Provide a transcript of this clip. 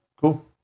cool